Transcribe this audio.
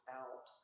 out